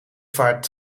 vaart